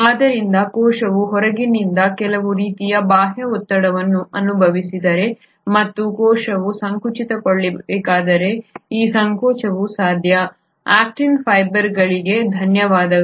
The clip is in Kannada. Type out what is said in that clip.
ಆದ್ದರಿಂದ ಕೋಶವು ಹೊರಗಿನಿಂದ ಕೆಲವು ರೀತಿಯ ಬಾಹ್ಯ ಒತ್ತಡವನ್ನು ಅನುಭವಿಸಿದರೆ ಮತ್ತು ಕೋಶವು ಸಂಕುಚಿತಗೊಳ್ಳಬೇಕಾದರೆ ಈ ಸಂಕೋಚನವು ಸಾಧ್ಯ ಆಕ್ಟಿನ್ ಫೈಬರ್ಗಳಿಗೆ ಧನ್ಯವಾದಗಳು